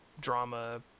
drama